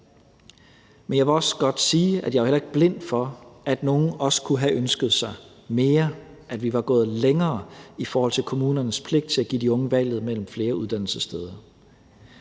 Men jeg vil også godt sige, at jeg heller ikke er blind for, at nogle også kunne have ønsket sig mere, at vi var gået længere i forhold til kommunernes pligt til at give de unge valget mellem flere uddannelsessteder.